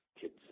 Kids